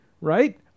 right